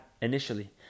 initially